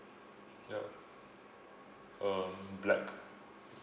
yup um black